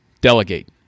delegate